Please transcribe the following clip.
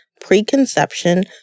preconception